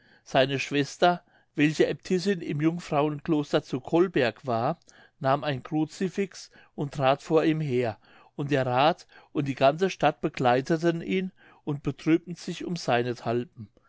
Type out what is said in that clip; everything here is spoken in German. seine schwester welche aebtissin im jungfrauenkloster zu colberg war nahm ein crucifix und trat vor ihm her und der rath und die ganze stadt begleiteten ihn und betrübten sich um seinethalben